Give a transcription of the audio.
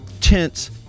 tents